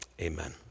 amen